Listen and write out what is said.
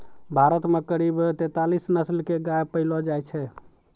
भारत मॅ करीब तेतालीस नस्ल के गाय पैलो जाय छै